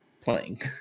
playing